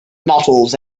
models